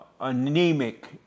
anemic